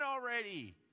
already